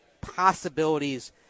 possibilities